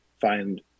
find